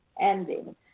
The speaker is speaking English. ending